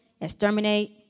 exterminate